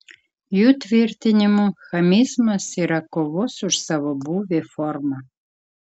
jų tvirtinimu chamizmas yra kovos už savo būvį forma